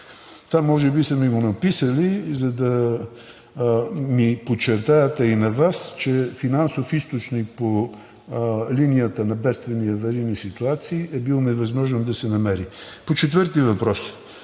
Това може би са ми го написали, за да ми подчертаят, а и на Вас, че финансов източник по линията на бедствени и аварийни ситуации е бил невъзможно да се намери. По четвъртия въпрос